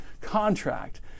contract